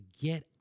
get